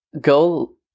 go